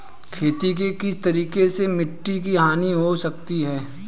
खेती के किस तरीके से मिट्टी की हानि हो सकती है?